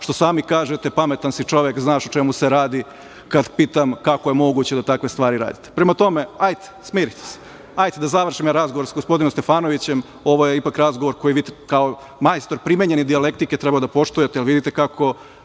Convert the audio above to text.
što sami kažete – pametan si čovek, znaš o čemu se radi, kad pitam kako je moguće da takve stvari radite. Prema tome, ajde smirite se. Ajde da završimo razgovor s gospodinom Stefanovićem. Ovo je ipak razgovor koji bi kao majstor primenjene dijalektike trebao da poštujete, jer vidite kako